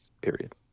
period